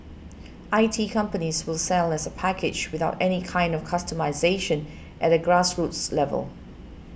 I T companies will sell as a package without any kind of customisation at a grassroots level